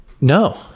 no